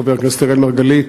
חבר הכנסת אראל מרגלית,